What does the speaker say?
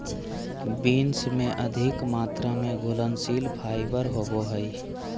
beans में अधिक मात्रा में घुलनशील फाइबर होवो हइ